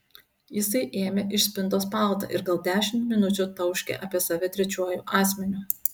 jisai ėmė iš spintos paltą ir gal dešimt minučių tauškė apie save trečiuoju asmeniu